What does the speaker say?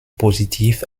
positiv